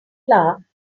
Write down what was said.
flour